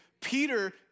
peter